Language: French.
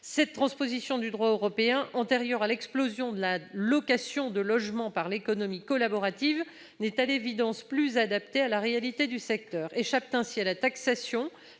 Cette transposition du droit européen antérieure à l'explosion de la location de logements par l'économie collaborative n'est à l'évidence plus adaptée à la réalité du secteur. Échappent ainsi à la taxation